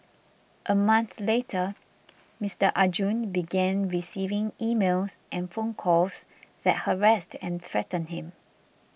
a month later Mister Arjun began receiving emails and phone calls that harassed and threatened him